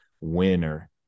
winner